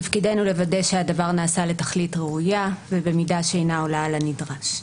תפקידנו לוודא שהדבר נעשה לתכלית ראויה ובמידה שאינה עולה על הנדרש.